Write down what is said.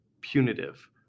punitive